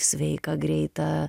sveiką greitą